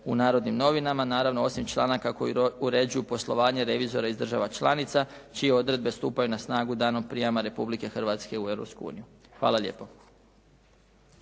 u "Narodnim novinama" naravno osim članaka koji uređuju poslovanje revizora iz država članica čije odredbe stupaju na snagu danom prijama Republike Hrvatske u Europsku uniju.